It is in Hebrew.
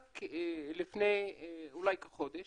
רק לפני אולי כחודש